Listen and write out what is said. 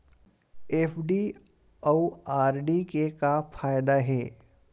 FD अउ RD के का फायदा हे?